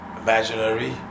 imaginary